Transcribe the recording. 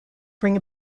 bring